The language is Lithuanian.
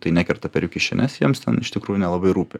tai nekerta per jų kišenes jiems ten iš tikrųjų nelabai rūpi